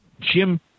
Jim